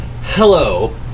Hello